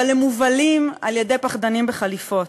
אבל הם מובלים על-ידי פחדנים בחליפות,